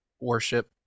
worship